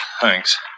Thanks